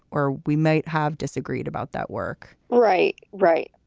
or we might have disagreed about that work. right. right.